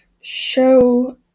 Show